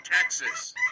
Texas